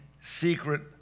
secret